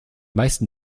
meisten